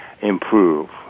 improve